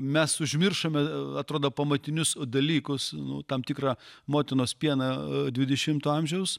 mes užmiršome atrodo pamatinius dalykus nuo tam tikrą motinos pieną dvidešimto amžiaus